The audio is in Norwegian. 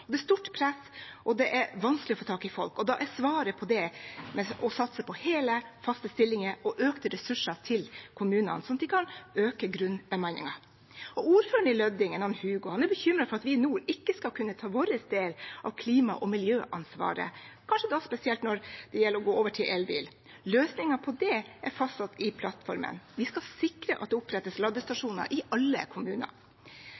Det er stort press, og det er vanskelig å få tak i folk. Da er svaret på det å satse på hele, faste stillinger og økte ressurser til kommunene, sånn at de kan øke grunnbemanningen. Ordføreren i Lødingen, Hugo, er bekymret for at vi nå ikke skal kunne ta vår del av klima- og miljøansvaret, kanskje spesielt når det gjelder å gå over til elbil. Løsningen på det er fastsatt i plattformen: Vi skal sikre at det opprettes